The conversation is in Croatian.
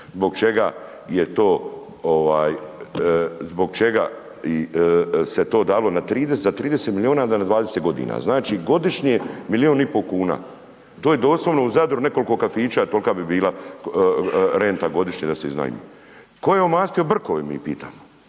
zbog čega se to dalo na 30 milijuna na 20 g. Znači godišnje milijun i pol kuna. To je doslovno u Zadru, nekoliko kafića, tolika bi bila renta godišnje da se iznajmi. Tko je omastio brkove, mi pitamo.